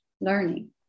learning